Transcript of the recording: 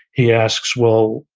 he asks, well,